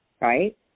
right